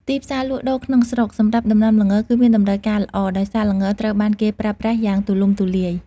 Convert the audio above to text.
ទីផ្សារលក់ដូរក្នុងស្រុក សម្រាប់ដំណាំល្ងរគឺមានតម្រូវការល្អ ដោយសារល្ងត្រូវបានគេប្រើប្រាស់យ៉ាងទូលំទូលាយ។